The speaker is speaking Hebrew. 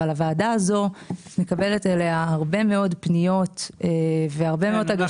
אבל הוועדה הזו מקבלת אליה הרבה מאוד פניות והרבה מאוד אגב